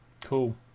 Cool